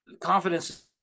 confidence